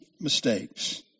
mistakes